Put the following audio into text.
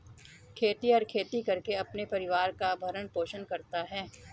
खेतिहर खेती करके अपने परिवार का भरण पोषण करता है